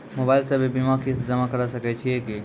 Mobile से भी बीमा के किस्त जमा करै सकैय छियै कि?